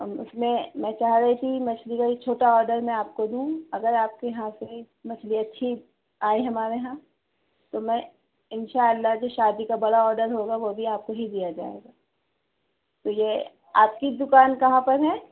اس میں میں چاہ رہی تھی مچھلی کا ایک چھوٹا آڈر میں آپ کو دوں اگر آپ کے یہاں سے مچھلی اچھی آئی ہمارے یہاں تو میں ان شاء اللہ جو شادی کا بڑا آڈر ہوگا وہ بھی آپ کو ہی دیا جائے گا تو یہ آپ کی دکان کہاں پر ہے